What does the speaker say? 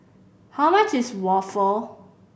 how much is waffle